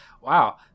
wow